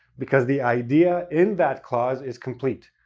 because the idea in that clause is complete.